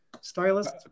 stylist